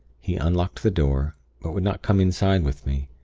he unlocked the door but would not come inside with me.